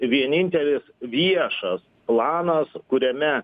vienintelis viešas planas kuriame